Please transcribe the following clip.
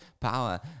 power